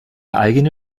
eigene